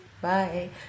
Bye